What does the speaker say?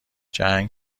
جنگ